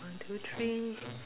one two three